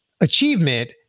achievement